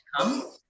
come